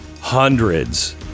hundreds